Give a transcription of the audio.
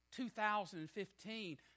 2015